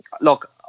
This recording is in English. look